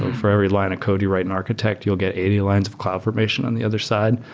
for every line of code you write in architect, you'll get eighty lines of cloud formation on the other side.